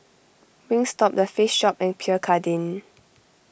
Wingstop the Face Shop and Pierre Cardin